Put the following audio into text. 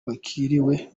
bakiriwe